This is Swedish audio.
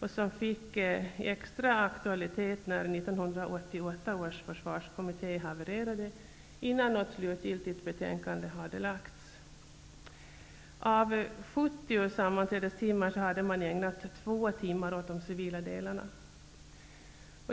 och som fick extra aktualitet när 1988 års Försvarskommitté havererade innan något slutgiltigt betänkande hade lagts fram. Av 70 sammanträdestimmar hade man ägnat 2 timmar åt de civila delarna.